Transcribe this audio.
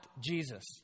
Jesus